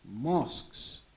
mosques